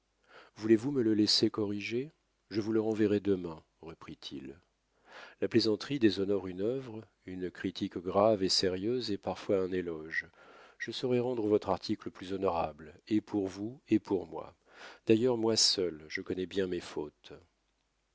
voulez-vous me le laisser corriger je vous le renverrai demain reprit-il la plaisanterie déshonore une œuvre une critique grave et sérieuse est parfois un éloge je saurai rendre votre article plus honorable et pour vous et pour moi d'ailleurs moi seul je connais bien mes fautes